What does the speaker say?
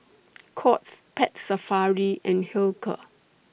Courts Pet Safari and Hilker